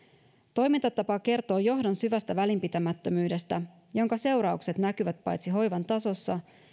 toimintatapa kertoo johdon syvästä välinpitämättömyydestä jonka seuraukset näkyvät paitsi hoivan tasossa